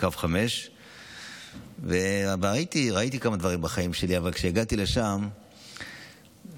של קו 5. ראיתי כמה דברים בחיים שלי אבל כשהגעתי לשם